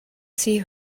see